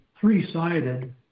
three-sided